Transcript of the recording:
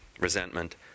resentment